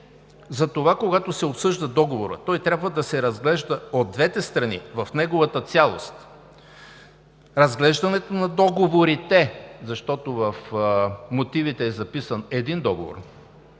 Затова, когато се обсъжда договорът, той трябва да се разглежда от двете страни в неговата цялост. Разглеждането на договорите, защото в мотивите е записан един договор,